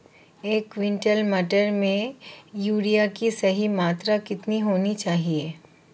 एक क्विंटल मटर में यूरिया की सही मात्रा कितनी होनी चाहिए?